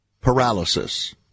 Paralysis